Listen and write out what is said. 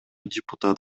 депутат